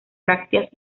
brácteas